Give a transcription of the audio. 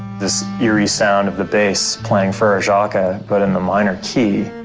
this eerie sound of the bass playing frere ah jacques ah but in the minor key.